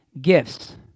gifts